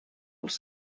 els